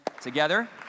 together